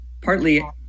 partly